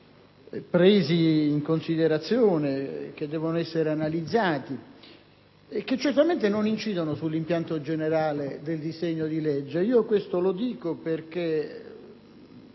presi in considerazione, che devono essere analizzati e che certamente non incidono sull'impianto generale del disegno di legge. Questo lo dico perché